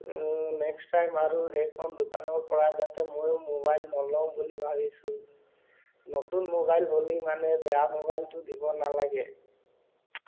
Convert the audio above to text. next time আৰু সেইখন দোকানৰপৰা যাতে ময়ো মোবাইল নলওঁ বুলি ভাবিছোঁ নতুন মোবাইল বুলি মানে বেয়া মোবাইলটো দিব নালাগে